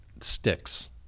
sticks